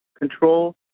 control